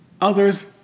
others